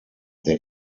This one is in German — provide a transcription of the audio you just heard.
der